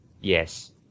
yes